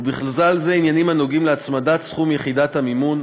ובכלל זה עניינים הנוגעים בהצמדת סכום יחידת המימון,